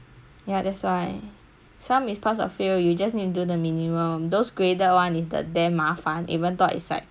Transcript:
some is pass or fail you just need to do the minimum those graded one is the damn 麻烦 even though it's like a few C_U only